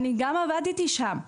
אני גם עבדתי שם.